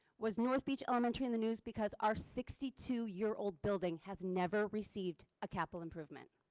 was north beach elementary and the news because our sixty two year old building has never received a capital improvement.